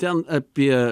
ten apie